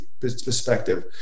perspective